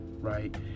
right